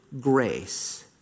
grace